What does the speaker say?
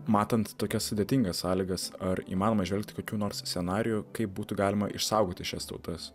matant tokias sudėtingas sąlygas ar įmanoma įžvelgti kokių nors scenarijų kaip būtų galima išsaugoti šias tautas